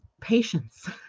patience